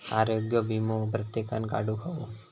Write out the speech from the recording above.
आरोग्य वीमो प्रत्येकान काढुक हवो